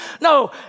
No